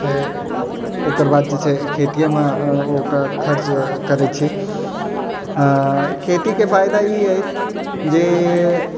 छै ओकर बाद जे छै खेतिएमे ओकरा खर्च करैत छियै आ खेतके फायदा ई अछि